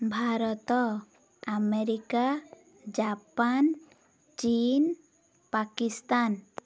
Bharat America Japan ଚୀନ ପାକିସ୍ତାନ